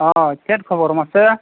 ᱦᱳᱭ ᱪᱮᱫ ᱠᱷᱚᱵᱚᱨ ᱢᱟᱥᱮ